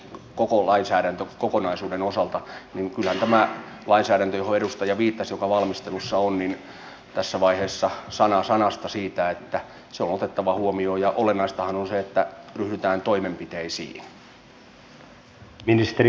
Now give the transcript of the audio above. tämän lainsäädännön osalta johon edustaja viittasi ja joka valmistelussa on tässä vaiheessa sana sanasta siitä että se on otettava huomioon ja olennaistahan on se että ryhdytään toimenpiteisiin